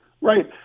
right